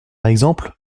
exemple